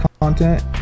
content